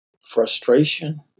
frustration